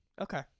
Okay